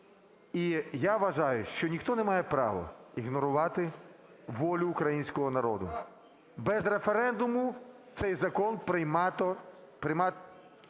І я вважаю, що ніхто не має права ігнорувати волю українського народу, без референдуму цей закон приймати...